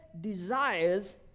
desires